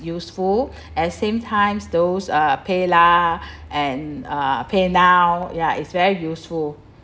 useful as same times those uh PayLah! and uh paynow ya it's very useful